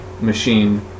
machine